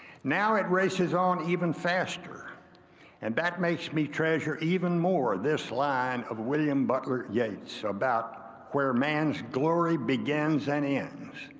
now it races on even faster and that makes me treasure even more this line of william butler yeah about where man's glory begins and ends.